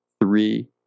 three